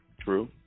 True